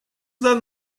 been